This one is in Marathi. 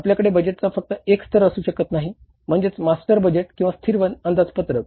आपल्याकडे बजेटचा फक्त एक स्तर असू शकत नाही म्हणजेच मास्टर बजेट किंवा स्थिर अंदाजपत्रक